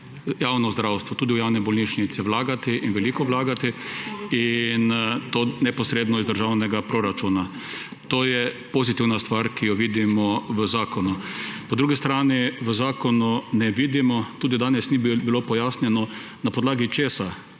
javno zdravstvo, tudi v javne bolnišnice vlagati in veliko vlagati, in to neposredno iz državnega proračuna. To je pozitivna stvar, ki jo vidimo v zakonu. Po drugi strani v zakonu ne vidimo, tudi danes ni bilo pojasnjeno, na podlagi česa